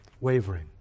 Wavering